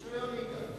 רשיון נהיגה.